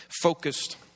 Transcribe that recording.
focused